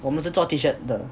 我们是做 T shirt 的